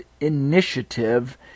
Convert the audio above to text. initiative